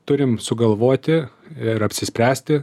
turim sugalvoti ir apsispręsti